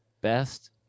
Best